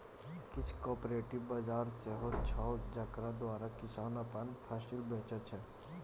किछ कॉपरेटिव बजार सेहो छै जकरा द्वारा किसान अपन फसिल बेचै छै